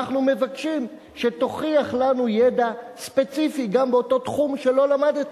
אנחנו מבקשים שתוכיח לנו ידע ספציפי גם באותו תחום שלא למדת.